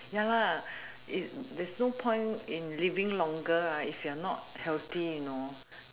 ya there's no point in living longer if your not healthy you know